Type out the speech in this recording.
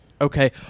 okay